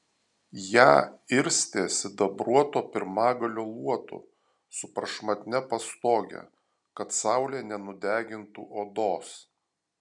ją irstė sidabruoto pirmagalio luotu su prašmatnia pastoge kad saulė nenudegintų odos